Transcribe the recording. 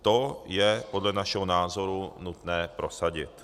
To je podle našeho názoru nutné prosadit.